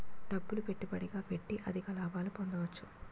డబ్బులు పెట్టుబడిగా పెట్టి అధిక లాభాలు పొందవచ్చును